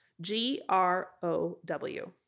G-R-O-W